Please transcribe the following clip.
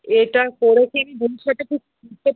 এটা করে কি আমি ভবিষ্যতে কিছু করতে পারবো